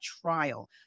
trial